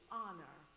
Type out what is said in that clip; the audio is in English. honor